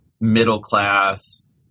middle-class